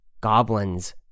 goblins